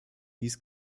dies